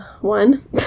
One